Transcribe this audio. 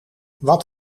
wat